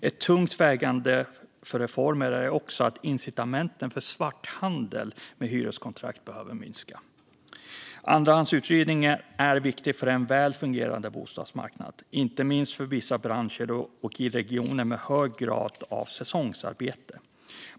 Ett tungt vägande skäl för reformer är också att incitamenten för svarthandel med hyreskontrakt behöver minska. Andrahandsuthyrning är viktigt för en väl fungerande bostadsmarknad, inte minst för vissa branscher och i regioner med en hög grad av säsongsarbete.